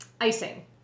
icing